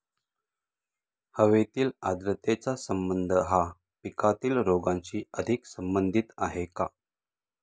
हवेतील आर्द्रतेचा संबंध हा पिकातील रोगांशी अधिक संबंधित आहे का?